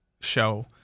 show